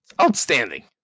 Outstanding